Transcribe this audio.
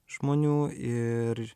žmonių ir